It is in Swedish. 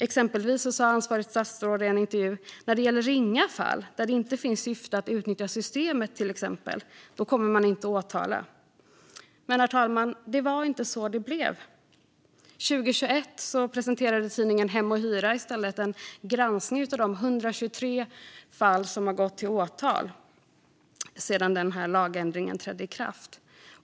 Exempelvis sa ansvarigt statsråd i en intervju att "när det gäller ringa fall, där det inte finns syfte att utnyttja systemet till exempel, där kommer man inte att åtala". Men, herr talman, det var inte så det blev. År 2021 presenterade tidningen Hem & Hyra en granskning av de 123 fall som har gått till åtal sedan lagändringen trädde i kraft.